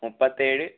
മുപ്പത്തേഴ്